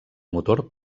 motor